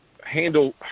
handle